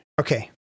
Okay